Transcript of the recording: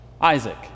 Isaac